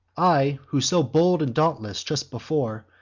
i, who so bold and dauntless, just before,